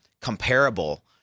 comparable